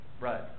Right